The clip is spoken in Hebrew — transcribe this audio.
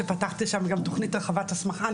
שפתחתי שם גם תכנית הרחבת הסמכה,